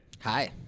Hi